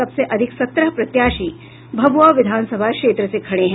सबसे अधिक सत्रह प्रत्याशी भभूआ विधानसभा क्षेत्र से खड़े हैं